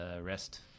rest